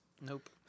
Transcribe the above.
Nope